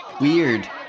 weird